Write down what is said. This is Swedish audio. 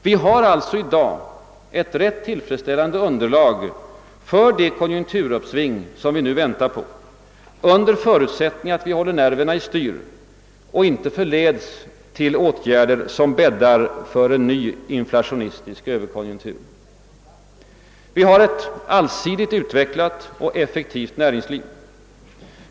Vi har alltså i dag ett rätt tillfredsställande underlag för det konjunkturuppsving som vi nu väntar på, under förutsättning att vi håller nerverna i styr och inte förleds till åtgärder som bäddar för en ny inflationistisk överkonjunktur. Vi har ett allsidigt utvecklat och effektivt näringsliv.